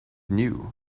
new